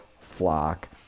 flock